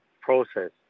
process